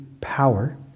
power